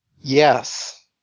Yes